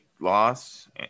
loss